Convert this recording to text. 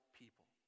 people